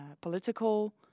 political